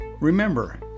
Remember